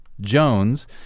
Jones